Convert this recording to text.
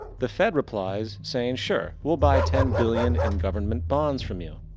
the fed replies saying sure, we'll buy ten billion in government bonds from you.